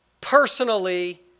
personally